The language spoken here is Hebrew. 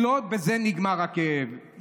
לא בזה נגמר הכאב.